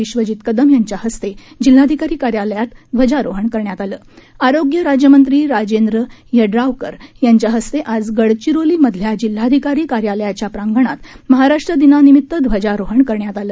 विश्वजीत कदम यांच्या हस्ते जिल्हाधिकारी कार्यालयात ध्वजारोहण करण्यात आलं आरोग्य राज्यमंत्री राजेंद्र यड्रावकर यांच्या हस्ते आज गडचिरोलीमधल्या जिल्हाधिकारी कार्यालयाच्या प्रांगणात महाराष्ट्र दिनानिमित ध्वजारोहण करण्यात आलं